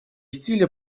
стиля